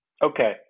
Okay